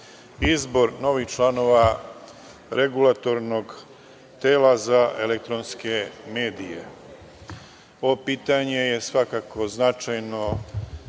izbor novih članova Regulatornog tela za elektronske medije. Ovo pitanje je svakako značajno